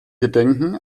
gedenken